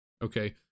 Okay